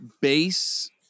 base